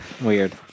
weird